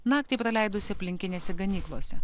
naktį praleidusi aplinkinėse ganyklose